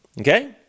okay